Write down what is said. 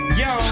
yo